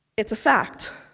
it's a fact.